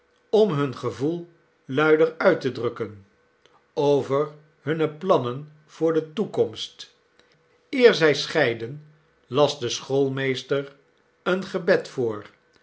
om hun gevoel luider uit te drukken over hunne plannen voor de toekomst eer zij scheidden las de schoolmeester een gebed voor